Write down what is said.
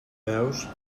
peus